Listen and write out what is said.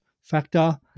factor